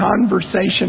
conversation